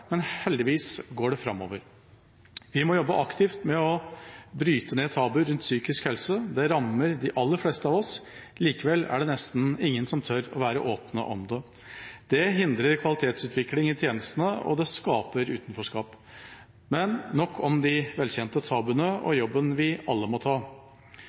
men heldigvis går det framover. Vi må jobbe aktivt med å bryte ned tabuer rundt psykisk helse. Det rammer de aller fleste av oss, likevel er det nesten ingen som tør å være åpne om det. Det hindrer kvalitetsutvikling i tjenestene, og det skaper utenforskap. – Men nok om de velkjente tabuene og jobben vi alle må ta.